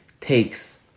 takes